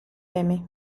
amy